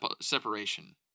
separation